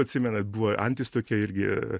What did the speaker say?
atsimenat buvo antis tokia irgi